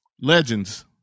Legends